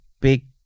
big